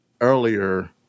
earlier